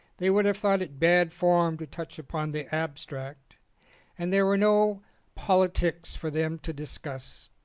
they would have thought it bad form to touch upon the abstract and there were no politics for them to discuss.